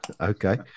okay